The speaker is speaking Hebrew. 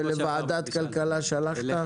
ולוועדת הכלכלה שלחת?